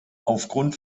aufgrund